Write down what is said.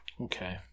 Okay